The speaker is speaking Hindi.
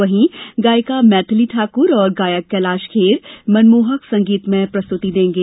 वहीं गायिका मैथली ठाकुर और गायक कैलाश खेर मनमोहक संगीतमय प्रस्तुति देंगे